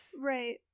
Right